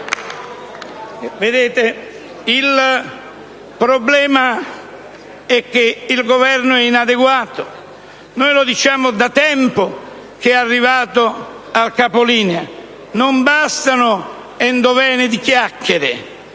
il problema è che il Governo è inadeguato. Noi lo diciamo da tempo che è arrivato al capolinea. Non bastano endovene di chiacchiere.